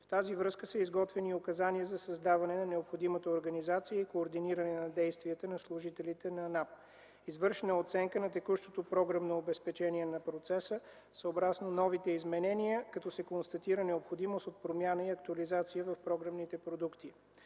В тази връзка са изготвени и указания за създаване на необходимата организация и координиране на действията на служителите на НАП. Извършена е оценка на текущото програмно обезпечение на процеса, съобразно новите изменения, като се констатира необходимост от промяна и актуализация в програмните продукти.